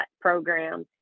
program